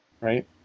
right